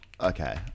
Okay